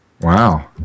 Wow